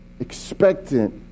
expectant